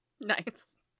nice